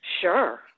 Sure